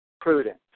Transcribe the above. Prudent